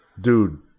Dude